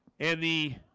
and the